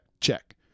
check